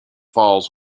falls